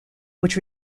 which